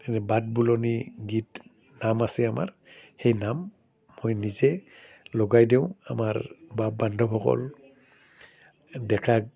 এনে বাট বুলনি গীত নাম আছে আমাৰ সেই নাম মই নিজে লগাই দিওঁ আমাৰ বাপ বান্ধৱসকল ডেকা